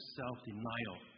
self-denial